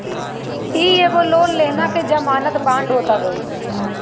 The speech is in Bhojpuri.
इ एगो लोन लेहला के जमानत बांड होत हवे